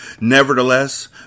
Nevertheless